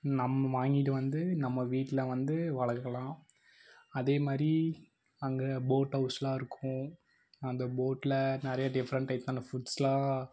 நம்ம வாங்கிட்டு வந்து நம்ம வீட்டில் வந்து வளர்கலாம் அதேமாதிரி அங்கே போட் ஹவுஸ்லாம் இருக்கும் அந்த போட்டில் நிறைய டிஃப்ரெண்ட் டைப்பான ஃபுட்ஸ்லாம்